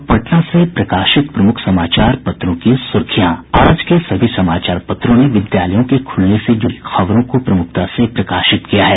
अब पटना से प्रकाशित प्रमुख समाचार पत्रों की सुर्खियां आज के सभी समाचार पत्रों ने विद्यालयों के खुलने से जुड़ी खबरों को प्रमुखता से प्रकाशित किया है